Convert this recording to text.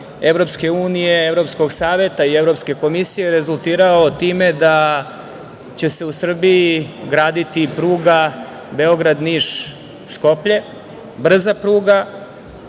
EU, Evropskog saveta i Evropske komisije rezultirao je time da će se u Srbiji graditi pruga Beograd-Niš-Skoplje, brza pruga.